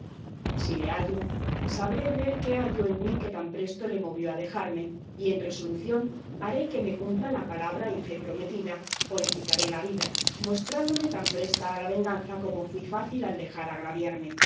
si le hallo sabré dél qué halló en mí que tan presto le movió a dejarme y en resolución haré que me cumpla la palabra y fe prometida o le quitaré la vida mostrándome tan presta a la venganza como fui fácil al dejar agraviarme